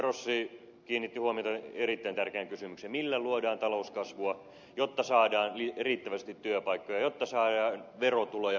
rossi kiinnitti huomiota erittäin tärkeään kysymykseen millä luodaan talouskasvua jotta saadaan riittävästi työpaikkoja jotta saadaan verotuloja hyvinvointiyhteiskunnan turvaamiseksi